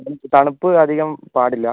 തണുപ്പ് അധികം പാടില്ല